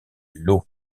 lau